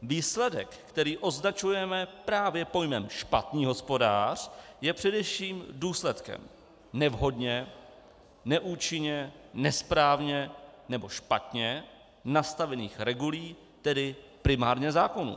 Výsledek, který označujeme právě pojmem špatný hospodář, je především důsledkem nevhodně, neúčinně, nesprávně nebo špatně nastavených regulí, tedy primárně zákonů.